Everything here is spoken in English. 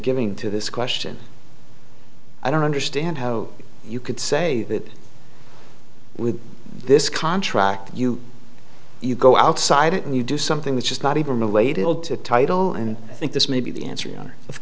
giving to this question i don't understand how you could say that with this contract you you go outside it and you do something which is not even related all to a title and i think this may be the answer of